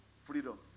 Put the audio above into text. freedom